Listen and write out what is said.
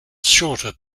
shorter